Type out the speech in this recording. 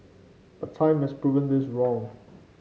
but time has proven this wrong